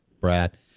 Brad